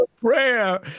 prayer